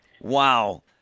Wow